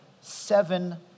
seven